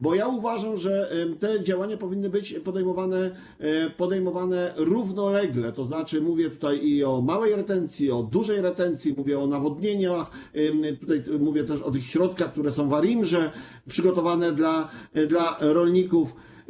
Bo ja uważam, że te działania powinny być podejmowane równolegle, tzn. mówię tutaj i o małej retencji, i o dużej retencji, mówię o nawodnieniach, mówię też o tych środkach, które są w ARiMR przygotowane dla rolników.